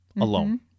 alone